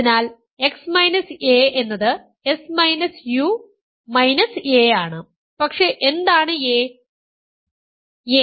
അതിനാൽ x a എന്നത് a ആണ് പക്ഷേ എന്താണ് a